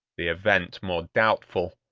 the event more doubtful,